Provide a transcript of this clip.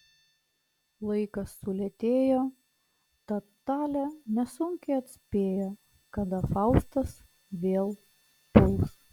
laikas sulėtėjo tad talė nesunkiai atspėjo kada faustas vėl puls